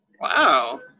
Wow